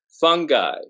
fungi